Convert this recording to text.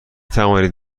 توانید